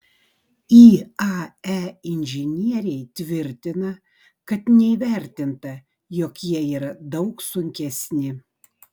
iae inžinieriai tvirtina kad neįvertinta jog jie yra daug sunkesni